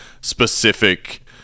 specific